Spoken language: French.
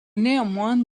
néanmoins